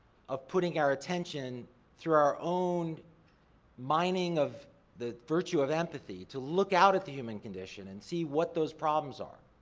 of putting our attention through our own mining of the virtue of empathy, to look out at the human condition and see what those problems are.